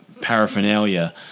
paraphernalia